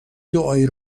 دعایی